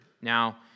Now